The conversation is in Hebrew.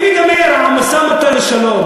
אם ייגמר המשא-ומתן לשלום,